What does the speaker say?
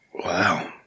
Wow